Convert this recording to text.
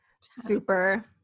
super